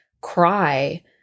cry